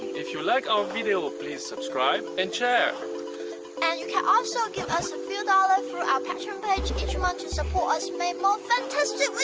if you like our video, please subscribe and share. and you can also give us a few dollars through our patreon page each month to support us make more fantastic